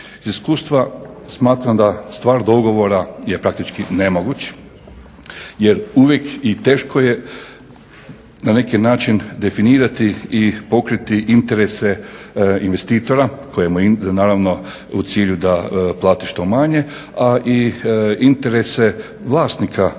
Iz iskustva smatram da stvar dogovora je praktički nemoguć jer uvijek i teško je na neki način definirati i pokriti interese investitora kojemu je naravno u cilju da plati što manje, a i interese vlasnika zemljišta